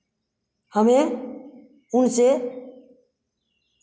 हमें उनसे